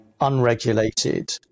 unregulated